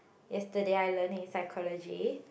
yesterday I learn in psychology